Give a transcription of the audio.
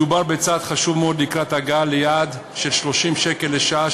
מדובר בצעד חשוב מאוד לקראת ההגעה ליעד של 30 שקל לשעה,